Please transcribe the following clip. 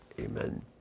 Amen